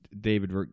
David